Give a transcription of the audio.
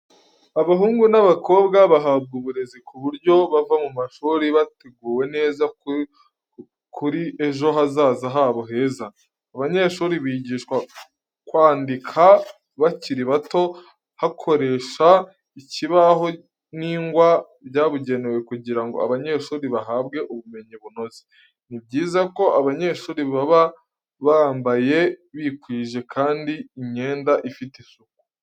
Abahungu n’abakobwa bahabwa uburezi, ku buryo bava mu mashuri bateguwe neza kuri ejo hazaza habo heza. Abanyeshuri bigishwa kwandika bakiri bato, hakoresha ikibaho n'ingwa byabugenewe kugira ngo abanyeshuri bahabwe ubumenyi bunoze. Ni byiza ko abanyeshuri baba bambaye bikwije kandi imyenda ifite isuku.